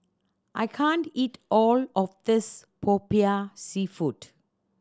I can't eat all of this Popiah Seafood